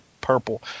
purple